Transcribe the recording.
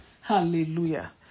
Hallelujah